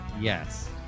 Yes